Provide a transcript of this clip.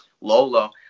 Lolo